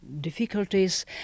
difficulties